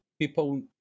people